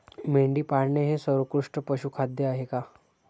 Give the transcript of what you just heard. मेंढी पाळणे हे सर्वोत्कृष्ट पशुखाद्य आहे का?